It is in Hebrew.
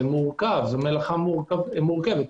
זו מלאכה מורכבת.